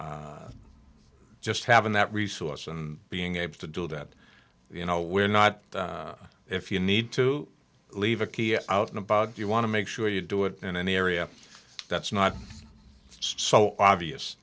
just having that resource and being able to do that you know we're not if you need to leave a key out in a bug you want to make sure you do it in an area that's not so obvious